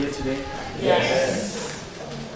Yes